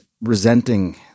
resenting